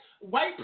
White